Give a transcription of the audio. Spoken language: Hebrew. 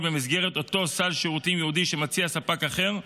במסגרת אותו סל שירותים ייעודי שמציע ספק אחר,